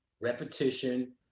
Repetition